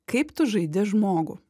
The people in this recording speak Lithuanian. kaip tu žaidi žmogų